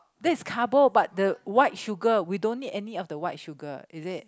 that's carbo but the white sugar we don't need any of the white sugar is it